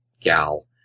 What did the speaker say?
gal